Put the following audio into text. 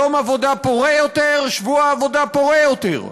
יום עבודה פורה יותר, שבוע עבודה פורה יותר,